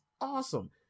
awesome